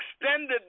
extended